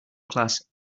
class